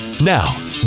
now